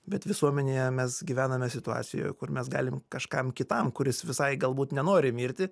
bet visuomenėje mes gyvename situacijoje kur mes galim kažkam kitam kuris visai galbūt nenori mirti